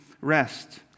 rest